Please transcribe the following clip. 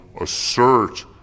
assert